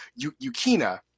Yukina